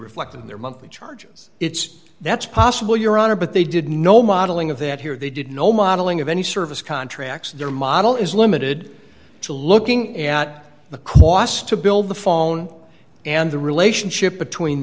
reflected in their monthly charges it's that's possible your honor but they did no modeling of that here they did no modeling of any service contracts their model is limited to looking at the cost to build the phone and the relationship between